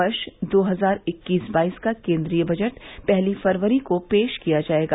वर्ष दो हजार इक्कीस बाईस का केंद्रीय बजट पहली फरवरी को पेश किया जाएगा